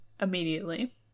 immediately